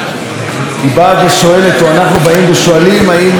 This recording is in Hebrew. או אנחנו באים ושואלים: מה יש עוד לומר?